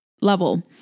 level